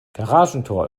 garagentor